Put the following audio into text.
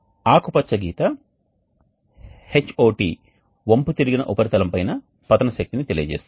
ఆకుపచ్చ గీత Hot వంపుతిరిగిన ఉపరితలం పైన పతన శక్తిని తెలియజేస్తుంది